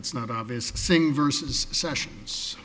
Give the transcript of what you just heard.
it's not obvious saying versus sessions